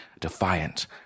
defiant